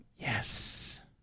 Yes